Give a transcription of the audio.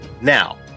now